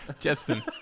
Justin